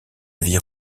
vie